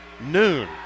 noon